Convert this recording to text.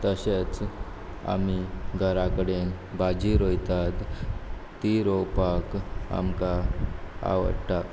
तशेंच आमी घरा कडेन भाजी रोयतात ती रोवपाक आमकां आवडटा